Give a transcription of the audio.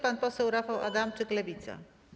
Pan poseł Rafał Adamczyk, Lewica.